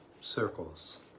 circles